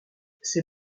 ces